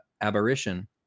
aberration